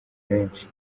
benshi